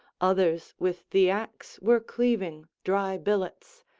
others with the axe were cleaving dry billets,